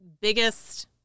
biggest